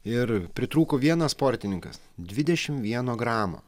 ir pritrūko vienas sportininkas dvidešimt vieno gramo